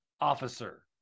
officer